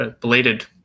belated